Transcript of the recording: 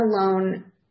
alone